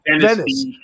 Venice